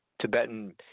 Tibetan